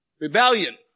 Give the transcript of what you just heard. rebellion